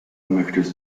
möchtest